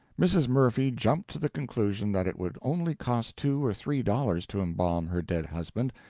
mrs. murphy jumped to the conclusion that it would only cost two or three dollars to embalm her dead husband,